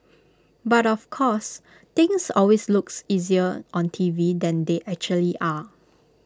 but of course things always look easier on T V than they actually are